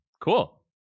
Cool